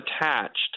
attached